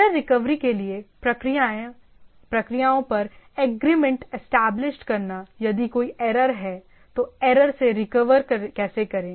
error recovery के लिए प्रक्रियाओं पर एग्रीमेंट इस्टैबलिश्ड करना यदि कोई एरर है तो एरर से रिकवर कैसे करें